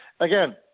Again